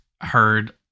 heard